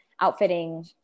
outfitting